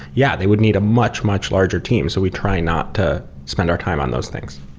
yeah, they would need a much, much larger team. so we try not to spend our time on those things